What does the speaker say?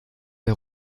der